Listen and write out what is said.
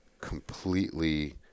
completely